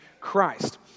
Christ